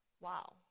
Wow